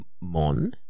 Mon